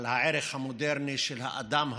על הערך המודרני של האדם השווה,